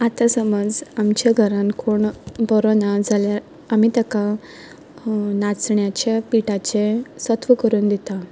आतां समज आमच्या घरांत कोण बरो ना जाल्यार आनी ताका नाचण्याच्या पिठाचें सत्व करून दिता